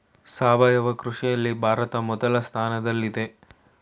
ಸಾವಯವ ಕೃಷಿಯಲ್ಲಿ ಭಾರತ ಮೊದಲ ಸ್ಥಾನದಲ್ಲಿದೆ